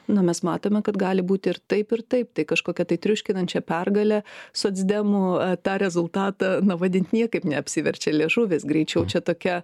nu mes matome kad gali būti ir taip ir taip tai kažkokia tai triuškinančia pergale socdemų tą rezultatą na vadint niekaip neapsiverčia liežuvis greičiau čia tokia